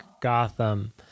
Gotham